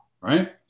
right